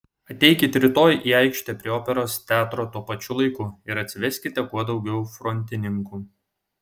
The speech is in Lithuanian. ateikit rytoj į aikštę prie operos teatro tuo pačiu laiku ir atsiveskite kuo daugiau frontininkų